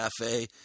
Cafe